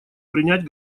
принять